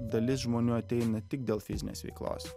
dalis žmonių ateina tik dėl fizinės veiklos